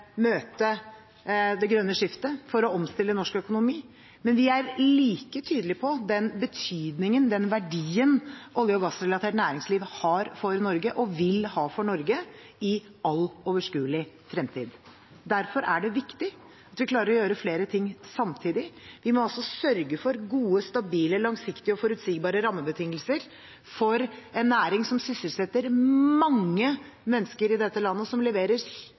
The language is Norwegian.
møte det grønne skiftet, for å omstille norsk økonomi, men vi er like tydelige på den betydningen og verdien olje- og gassrelatert næringsliv har for Norge, og vil ha for Norge i all overskuelig fremtid. Derfor er det viktig at vi klarer å gjøre flere ting samtidig. Vi må altså sørge for gode, stabile, langsiktige og forutsigbare rammebetingelser for en næring som sysselsetter mange mennesker i dette landet, og som